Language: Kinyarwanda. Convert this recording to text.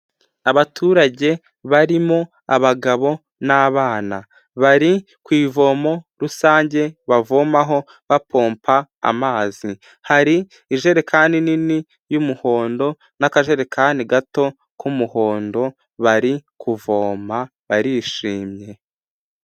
Abaturage barimo abagabo n'abana, bari ku ivomo rusange bavomaho bapompa amazi, hari ijerekani nini y'umuhondo n'akajerekani gato k'umuhondo, bari kuvoma barishimye.